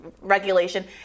regulation